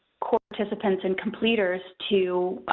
course participants and completers to.